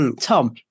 Tom